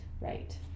right